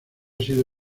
sido